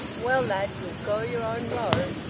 well, lad, ye'll go your own road.